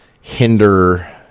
hinder